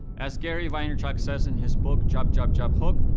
as gary vaynerchuk says in his book, jab, jab, jab, hook,